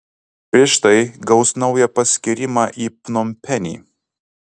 prieš tai gaus naują paskyrimą į pnompenį